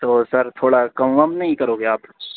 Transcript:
تو سر تھوڑا کم وم نہیں کرو گے آپ